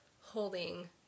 holding